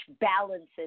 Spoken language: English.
balances